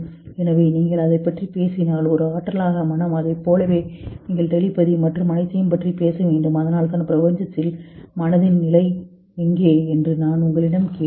எனவே நீங்கள் அதைப் பற்றி பேசினால் ஒரு ஆற்றலாக மனம் அதைப் போலவே நீங்கள் டெலிபதி மற்றும் அனைத்தையும் பற்றி பேச வேண்டும் அதனால்தான் பிரபஞ்சத்தில் மனதின் நிலை எங்கே என்று நான் உங்களிடம் கேட்டேன்